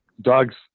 dogs